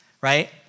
Right